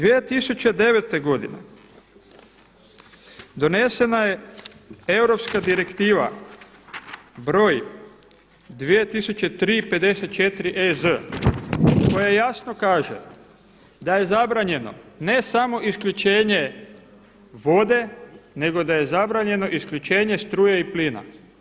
2009. godine donesena je Europska direktiva broj 2003. 54EZ koja jasno kaže da je zabranjeno ne samo isključenje vode, nego da je zabranjeno isključenje struje i plina.